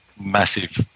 massive